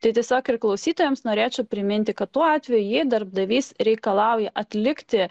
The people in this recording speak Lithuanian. tai tiesiog ir klausytojams norėčiau priminti kad tuo atveju jei darbdavys reikalauja atlikti